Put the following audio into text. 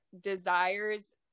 desires